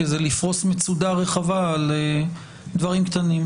כי זה לפרוס מצודה רחבה על דברים קטנים.